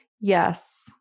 Yes